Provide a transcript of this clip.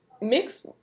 mix